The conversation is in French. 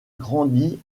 grandi